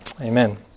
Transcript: Amen